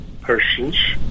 persons